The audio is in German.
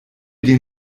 dir